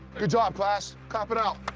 good job class! clap it out!